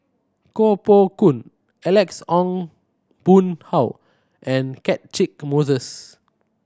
Koh Poh Koon Alex Ong Boon Hau and Catchick Moses